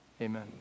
amen